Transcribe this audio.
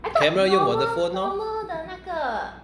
camera 用我的 phone lor